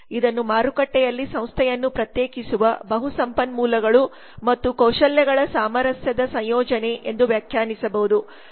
ಇದನ್ನು ಮಾರುಕಟ್ಟೆಯಲ್ಲಿ ಸಂಸ್ಥೆಯನ್ನು ಪ್ರತ್ಯೇಕಿಸುವ ಬಹು ಸಂಪನ್ಮೂಲಗಳು ಮತ್ತು ಕೌಶಲ್ಯಗಳ ಸಾಮರಸ್ಯದ ಸಂಯೋಜನೆ ಎಂದು ವ್ಯಾಖ್ಯಾನಿಸಬಹುದು